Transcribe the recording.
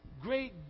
great